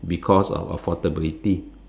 because of affordability